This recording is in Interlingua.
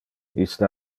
iste